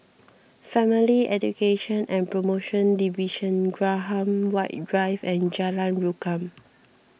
Family Education and Promotion Division Graham White Drive and Jalan Rukam